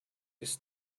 his